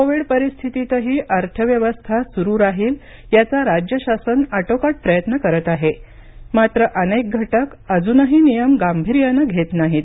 Covid परिस्थितीतही अर्थव्यवस्था सुरू राहील याचा राज्य शासन आटोकाट प्रयत्न करत आहे मात्र अनेक घटक अजूनही नियम गांभीर्याने घेत नाहीत